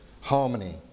harmony